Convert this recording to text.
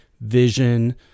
vision